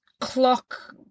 clock